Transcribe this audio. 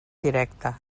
directe